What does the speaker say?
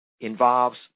involves